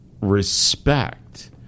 respect